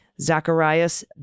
Zacharias